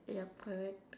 ya correct